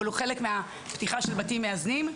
אבל הוא חלק מהפתיחה של בתים מאזנים.